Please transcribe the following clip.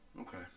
Okay